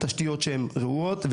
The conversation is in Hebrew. תשתיות שהם רעועות,